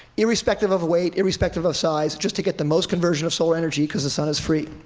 irrespective of weight, irrespective of size, just to get the most conversion of solar energy, because the sun is free.